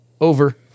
over